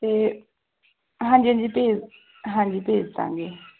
ਅਤੇ ਹਾਂਜੀ ਹਾਂਜੀ ਭੇਜ ਹਾਂਜੀ ਭੇਜ ਦਾਂਗੇ